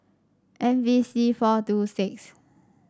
M V C four two six